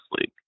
League